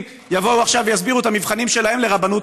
יבואו עכשיו ויסבירו את המבחנים שלהם לרבנות,